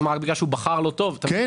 אז רק בגלל שהוא בחר לא טוב הוא יקבל פחות?